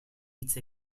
hitz